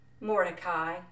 Mordecai